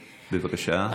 בבקשה.